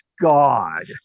God